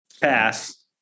Pass